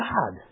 God